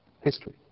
history